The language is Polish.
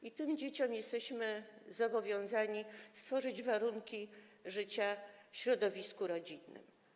I tym dzieciom jesteśmy zobowiązani stworzyć warunki do życia w środowisku rodzinnym.